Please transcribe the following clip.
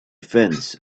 fence